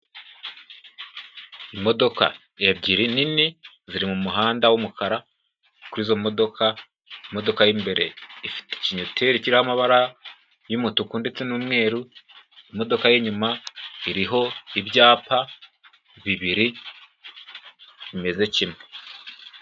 Imodoka ebyiri nini ziri mu muhanda w'umukara, kuri izo modoka, imodoka y'imbere ifite ikinyoteri kiriho amabara y'umutuku ndetse n'umweru, imodoka y'inyuma iriho ibyapa bibiri bimeze kimwe.